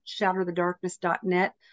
shatterthedarkness.net